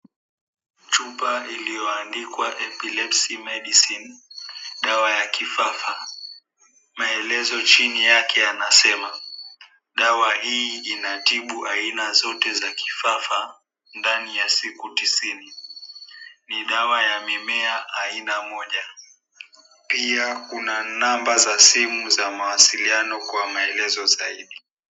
Chupa iliyoandikwa epilepsy medicine , dawa ya kifafa. Maelezo chini yake yanasema, "Dawa hii inatibu aina zote za kifafa ndani ya siku tisini. Ni dawa ya mimea aina moja." Pia kuna namba za simu za mawasiliano kwa maelezo zaidi.